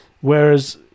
Whereas